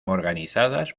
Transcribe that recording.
organizadas